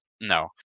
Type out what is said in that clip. no